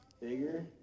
bigger